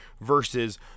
versus